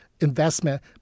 investment